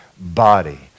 body